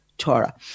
Torah